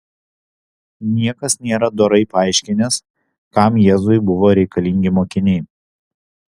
niekas nėra dorai paaiškinęs kam jėzui buvo reikalingi mokiniai